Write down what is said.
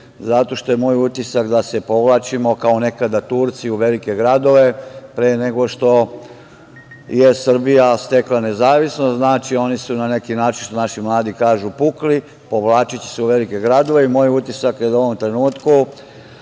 zato što je moj utisak da se povlačimo kao nekada Turci u velike gradove. Pre nego što je Srbija stekla nezavisnost, oni su na neki način, što mladi kažu – pukli, povlačeći se u velike gradove i moj je utisak da u ovom trenutku